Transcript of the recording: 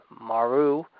maru